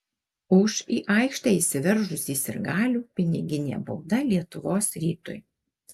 už į aikštę įsiveržusį sirgalių piniginė bauda lietuvos rytui